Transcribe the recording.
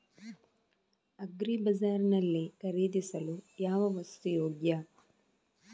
Agri ಬಜಾರ್ ನಲ್ಲಿ ಖರೀದಿಸಲು ಯಾವ ವಸ್ತು ಯೋಗ್ಯ?